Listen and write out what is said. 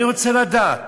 אני רוצה לדעת: